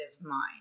mind